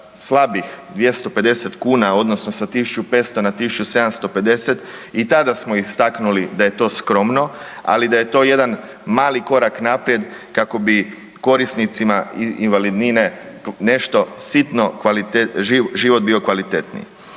slabih 250 kuna odnosno sa 1.500 na 1.750 i tada smo istaknuli da je to skromno, ali da je to jedan mali korak naprijed kako bi korisnicima invalidnine nešto sitno život bio kvalitetniji.